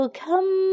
come